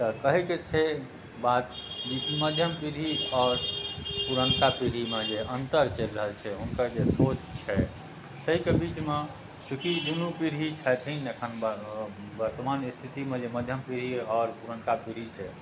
तऽ कहैके छै बात जे मध्यम पीढ़ी आओर पुरनका पीढ़ीमे जे अन्तर चलि रहल छै हुनकर जे सोच छै ताहिके बीचमे चूँकि दुनू पीढ़ी छथिन एखन बनल वर्तमान स्थितिमे जे मध्यम पीढ़ी आओर पुरनका पीढ़ी छै